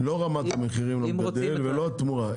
רגע, לא רמת המחירים למגדל ולא התמורה.